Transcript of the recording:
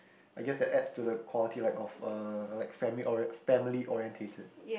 I guess that adds to the quality like of a like family orient~ family orientated